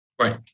Right